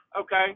okay